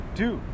two